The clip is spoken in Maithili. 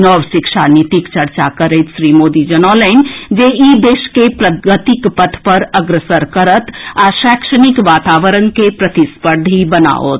नव शिक्षा नीतिक चर्चा करैत श्री मोदी जनौलनि जे ई देश के प्रगतिक पथ पर अग्रसर करत आ शैक्षणिक वातावरण के प्रतिस्पर्धी बनाओत